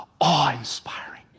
awe-inspiring